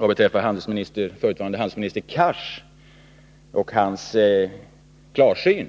Vad beträffar förutvarande handelsministern Cars klarsyn